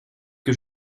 que